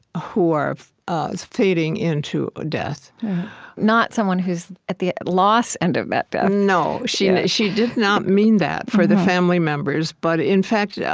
who are ah fading into death not someone who's at the loss end of that death no. she and she did not mean that for the family members. but, in fact, yeah